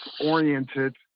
oriented